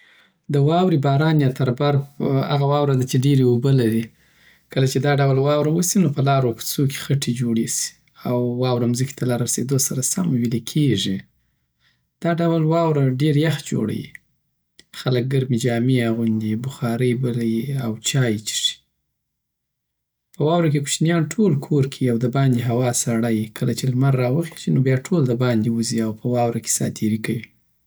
د واورې باران یا تربرف هغه واوره ده چی ډیری اوبه ولری کله چی دا ډول واوره وسی نو په لارو او کوڅو کی خټی جوړی سی او واوره مځکی ته له راسیدوسره سم ویلی کیږی دا ډول واوره ډیر یخ جوړوی خلک ګرمی جامی اغوندی بخاری بلوی او چای چښی په واوره کی کوشنیان ټول کورکی وی او دباندی هوا سړه وی کله چی لمر راوخیژی نو بیا ټول دباندی وزی او په واوره کی ساتیری کوی